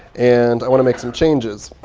and i want to make some changes.